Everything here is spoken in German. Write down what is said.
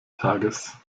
tages